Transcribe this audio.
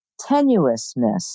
tenuousness